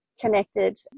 connected